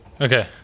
Okay